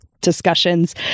discussions